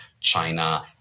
China